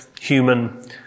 human